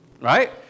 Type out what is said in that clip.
right